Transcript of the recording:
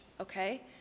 okay